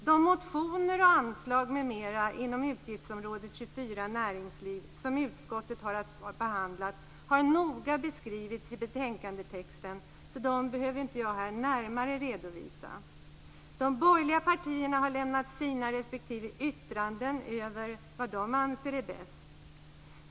De motioner och anslag m.m. inom utgiftsområde 24 Näringsliv som utskottet har behandlat har noga beskrivits i betänkandetexten, så de behöver jag inte här närmare redovisa. De borgerliga partierna har lämnat sina respektive yttranden över vad de anser vara bäst.